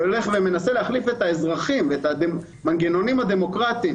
את האזרחים ואת המנגנונים הדמוקרטים